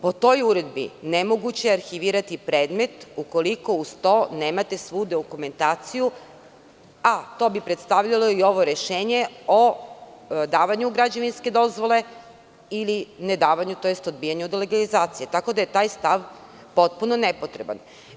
Po toj uredbi nemoguće je arhivirati predmet ukoliko uz to nemate svu dokumentaciju, a to bi predstavljalo i ovo rešenje o davanju građevinske dozvole ili nedavanju, odnosno odbijanju do legalizacije, tako da je taj stav potpuno nepotreban.